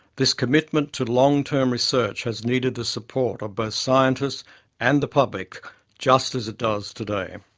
this commitment to long-term research has needed the support of both scientists and the public just as it does today.